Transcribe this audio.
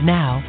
now